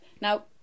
Now